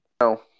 No